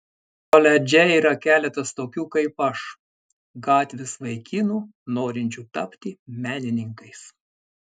koledže yra keletas tokių kaip aš gatvės vaikinų norinčių tapti menininkais